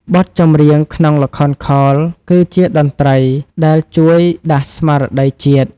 បទចម្រៀងក្នុងល្ខោនខោលគឺជាតន្ត្រី ដែលជួយដាស់ស្មារតីជាតិ។